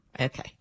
Okay